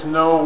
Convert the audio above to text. no